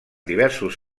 diversos